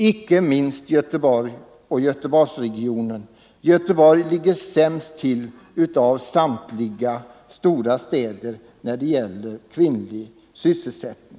Inte minst gäller detta Göteborg och Göteborgsregionen. Göteborg ligger sämst till av samtliga stora städer när det gäller kvinnlig sysselsättning.